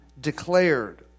declared